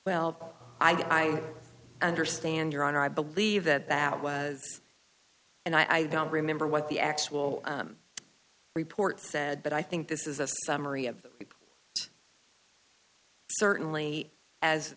don't i understand your honor i believe that that was and i don't remember what the actual report said but i think this is a summary of it certainly as